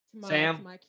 Sam